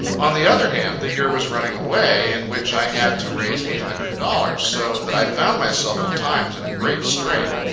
on the other hand, the year was running away, in which i had to raise eight hundred dollars. so that i found myself at times in a great strait.